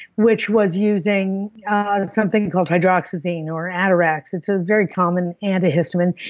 which was using ah something called hydroxyzine or atarax. it's a very common antihistamine.